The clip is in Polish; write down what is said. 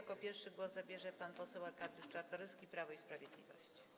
Jako pierwszy głos zabierze pan poseł Arkadiusz Czartoryski, Prawo i Sprawiedliwość.